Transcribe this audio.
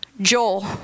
Joel